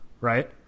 right